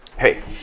Hey